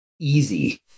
easy